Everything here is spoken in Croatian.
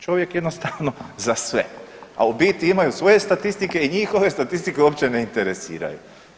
Čovjek jednostavno za sve, a u biti imaju svoje statistike i njihove statistike uopće ne interesiraju.